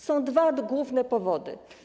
Są dwa główne powody.